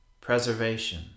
preservation